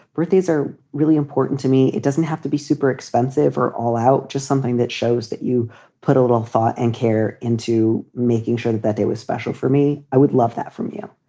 birthdays are really important to me. it doesn't have to be super expensive or all out. just something that shows that you put a little thought and care into making sure that it was special for me. i would love that from you.